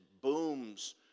booms